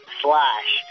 slash